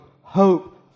hope